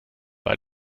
bei